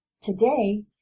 today